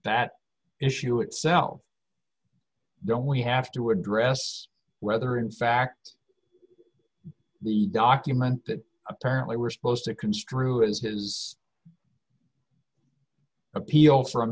that issue itself don't we have to address whether in fact the document that apparently we're supposed to construe as his appeal from